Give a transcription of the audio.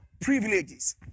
privileges